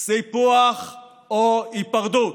סיפוח או היפרדות,